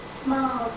small